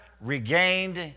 regained